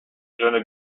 jeunes